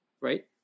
right